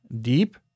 deep